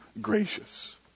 gracious